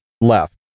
left